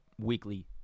weekly